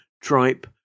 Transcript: tripe